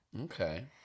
Okay